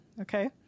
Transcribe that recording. Okay